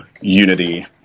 unity